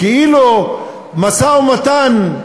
כאילו משא-ומתן,